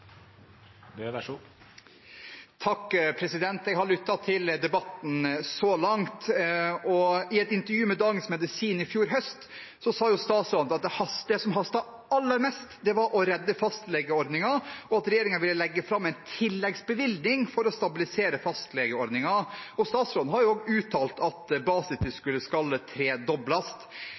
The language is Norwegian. Jeg har lyttet til debatten så langt. I et intervju med Dagens Medisin i fjor høst sa statsråden at det som hastet aller mest, var å redde fastlegeordningen, og at regjeringen ville legge fram en tilleggsbevilgning for å stabilisere fastlegeordningen. Statsråden har også uttalt at